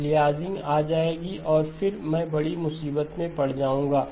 aliasing आ जाएगी और फिर मैं बड़ी मुसीबत में पड़ जाऊंगा